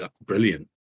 brilliant